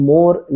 More